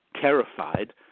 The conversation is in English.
terrified